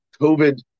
COVID